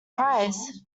prize